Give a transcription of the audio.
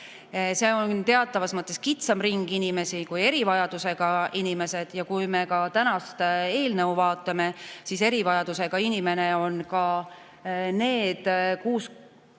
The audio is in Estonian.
See on teatavas mõttes kitsam ring inimesi kui erivajadusega inimesed. Kui me ka tänast eelnõu vaatame, siis erivajadusega inimesed on ka need 17%